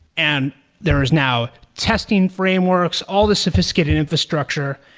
and there is now testing frameworks, all the sophisticated infrastructure,